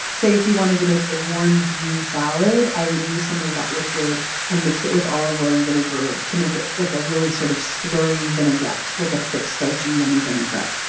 say if you wanted to make a warm bean salad. i would use some of that liquid and mix it with olive oil and vinegar to make a like a really sort of slurry vinaigrette, like a thick starchy yummy vinaigrette.